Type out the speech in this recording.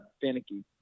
finicky